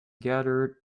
gathered